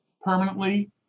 permanently